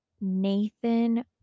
Nathan